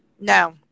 No